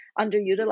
underutilized